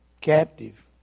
captive